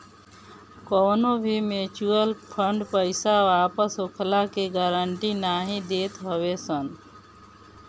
कवनो भी mutual fund पईसा वापस होखला के गारंटी नाइ देत हवे सन